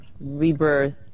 Rebirth